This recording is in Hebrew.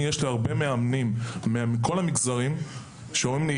לי יש הרבה מאמנים מכל המגזרים שאומרים לי,